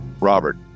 Robert